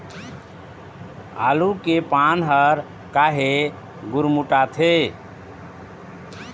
आलू के पान हर काहे गुरमुटाथे?